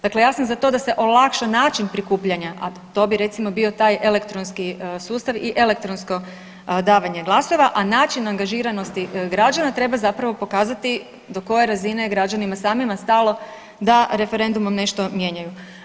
Dakle, ja sam za to da se olakša način prikupljanja, a to bi recimo bio taj elektronski sustav i elektronsko davanje glasova, a način angažiranosti građana treba zapravo pokazati do koje razine je građanima samima stalo da referendumom nešto mijenjaju.